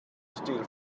steal